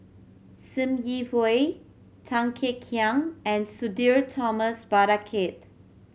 Sim Yi Hui Tan Kek Hiang and Sudhir Thomas Vadaketh